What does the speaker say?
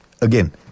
Again